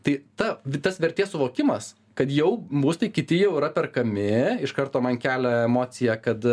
tai ta tas vertės suvokimas kad jau būstai kiti jau yra perkami iš karto man kelia emociją kad